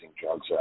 drugs